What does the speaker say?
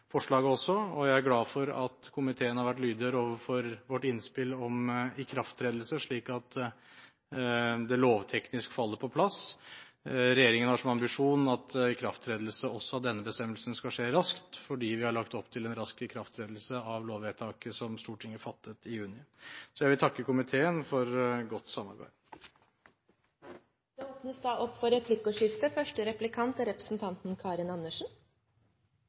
Jeg er glad for at komiteen har vært lydhør overfor vårt innspill om ikrafttredelser, slik at det lovteknisk faller på plass. Regjeringen har som ambisjon at ikrafttredelse også av denne bestemmelsen skal skje raskt, fordi vi har lagt opp til en rask ikrafttredelse av lovvedtaket som Stortinget fattet i juni. Så jeg vil takke komiteen for godt samarbeid. Det åpnes for replikkordskifte. Det handler om fortolkningen av regelverket. Statsråden sier at etter hans syn er